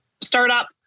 startup